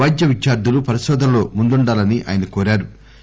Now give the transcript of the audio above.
వైద్య విద్యార్థులు పరిశోధనలో ముందుండాలని కోరారు